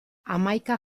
hamaika